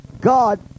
god